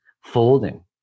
folding